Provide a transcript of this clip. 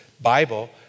Bible